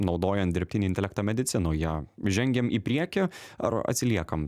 naudojant dirbtinį intelektą medicinoje žengiam į priekį ar atsiliekam